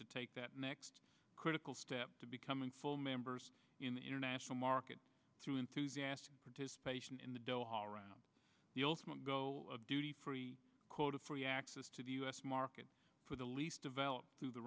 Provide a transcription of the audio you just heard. to take that next critical step to becoming full members in the international market through enthusiastic participation in the doha round the ultimate goal of duty free quota free access to the u s market for the least developed through the